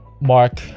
mark